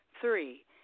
Three